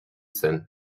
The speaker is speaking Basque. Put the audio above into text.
zen